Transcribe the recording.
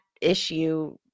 issue